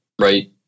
right